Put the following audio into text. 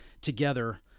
together